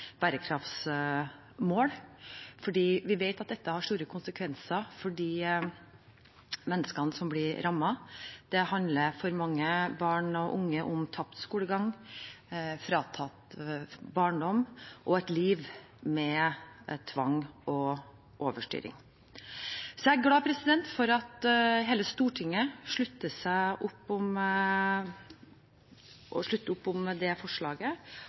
bærekraftsmål, for vi vet at dette har store konsekvenser for de menneskene som blir rammet. Det handler for mange barn og unge om tapt skolegang, fratatt barndom og et liv med tvang og overstyring. Jeg er glad for at hele Stortinget slutter opp om forslaget, og at man ønsker å stå sammen om det.